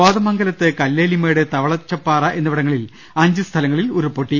കോതമംഗലത്ത് കല്ലേലിമേട് തളവച്ചപ്പാറ എന്നിവിടങ്ങളിൽ അഞ്ച് സ്ഥലങ്ങളിൽ ഉരുൾപൊട്ടി